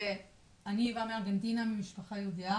ושאני באה מארגנטינה ממשפחה יהודייה,